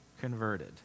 converted